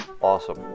awesome